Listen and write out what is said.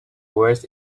words